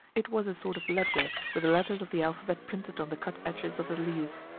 it was a sort of ledger, with the letters of the alphabet printed on the cut edges of the leaves.